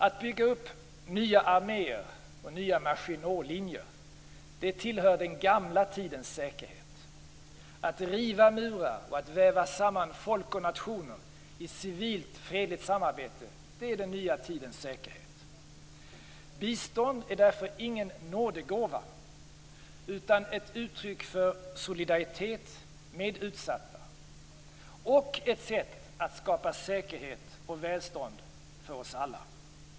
Att bygga upp nya arméer och nya Maginotlinjer tillhör den gamla tidens säkerhet. Att riva murar och att väva samman folk och nationer i civilt och fredligt samarbete är den nya tidens säkerhet. Bistånd är därför ingen nådegåva, utan ett uttryck för solidaritet med utsatta och ett sätt att skapa säkerhet och välstånd för oss alla.